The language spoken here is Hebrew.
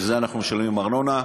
בשביל זה אנחנו משלמים ארנונה.